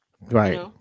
Right